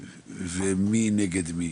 ומי נגד מי.